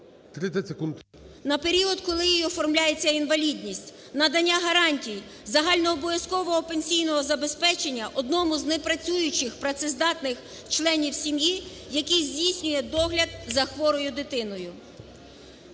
На період, коли їй оформляється інвалідність. Надання гарантій загальнообов'язкового пенсійного забезпечення одному з непрацюючих працездатних членів сім'ї, який здійснює догляд за хворою дитиною.